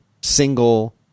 single